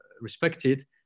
respected